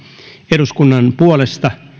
eduskunnan puolesta